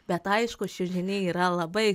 bet aišku čiužiniai yra labai